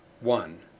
one